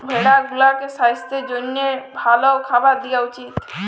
ভেড়া গুলাকে সাস্থের জ্যনহে ভাল খাবার দিঁয়া উচিত